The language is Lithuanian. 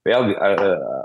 vėlgi ar